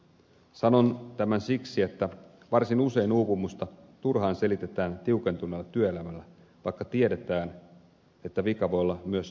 sanon tämän siksi että varsin usein uupumusta turhaan selitetään tiukentuneella työelämällä vaikka tiedetään että vika voi olla myös toisaalla